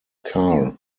carr